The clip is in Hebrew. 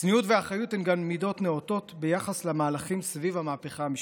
צניעות ואחריות הן גם מידות נאותות ביחס למהלכים סביב המהפכה המשפטית.